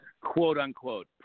quote-unquote